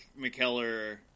McKellar